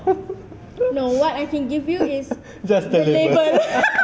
just the label